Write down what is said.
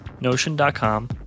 Notion.com